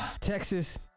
Texas